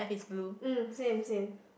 mm same same